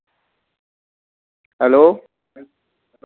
hello